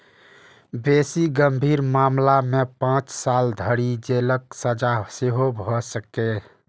बेसी गंभीर मामला मे पांच साल धरि जेलक सजा सेहो भए सकैए